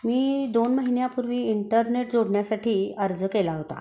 मी दोन महिन्यापूर्वी इंटरनेट जोडण्यासाठी अर्ज केला होता